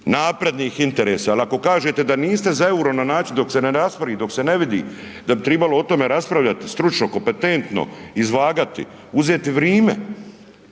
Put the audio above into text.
naprednih interesa jel ako kažete da niste za EUR-o na način dok se ne raspravi, dok se ne vidi, da bi tribalo o tome raspravljati stručno kompetentno, izvagati, uzeti vrime,